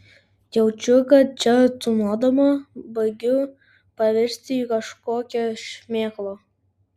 jaučiu kad čia tūnodama baigiu pavirsti į kažkokią šmėklą